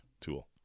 tool